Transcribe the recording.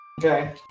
Okay